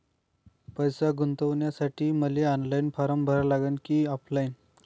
पैसे गुंतन्यासाठी मले ऑनलाईन फारम भरा लागन की ऑफलाईन?